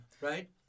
Right